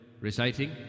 reciting